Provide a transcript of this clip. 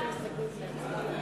ההסתייגות של קבוצת סיעת העבודה,